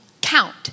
count